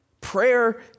Prayer